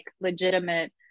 legitimate